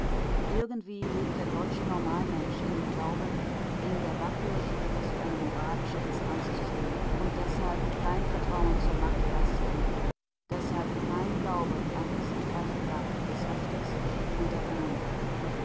irgendwie lebt der deutsche normalmensch in dem glauben in der waffe so etwas wie eine moralische instanz zu sehen und deshalb kein vertrauen zur macht geistiger mittel deshalb kein glaube an die siegreiche kraft des rechtes und der vernunft